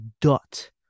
dot